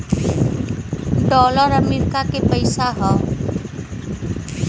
dollar America के पइसा हौ